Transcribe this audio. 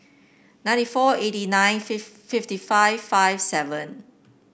ninety four eighty nine fifth fifty five five seven